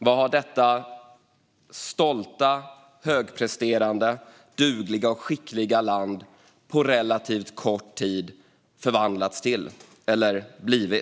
Vad har detta stolta, högpresterande, dugliga och skickliga land på relativt kort tid förvandlats till eller blivit?